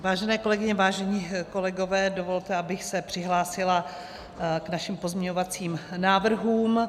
Vážené kolegyně, vážení kolegové, dovolte, abych se přihlásila k našim pozměňovacím návrhům.